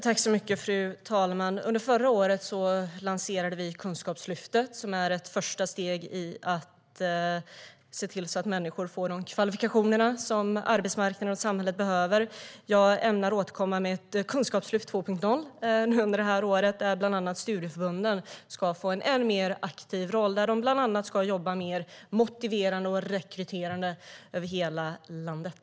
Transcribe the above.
Fru talman! Under förra året lanserade vi Kunskapslyftet, som är ett första steg i att se till så att människor får de kvalifikationer som arbetsmarknaden och samhället behöver. Jag ämnar återkomma med Kunskapslyftet 2.0 under det här året, där bland annat studieförbunden ska få en ännu mer aktiv roll och bland annat jobba mer motiverande och rekryterande över hela landet.